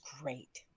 great